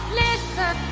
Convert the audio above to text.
listen